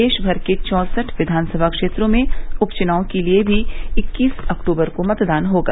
देश भर के चौसठ विधानसभा क्षेत्रों में उपचुनाव के लिए भी इक्कीस अक्टूबर को मतदान होगा